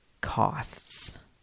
costs